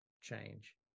change